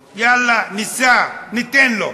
יאללה, ניסה, ניתן לו.